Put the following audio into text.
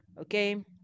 okay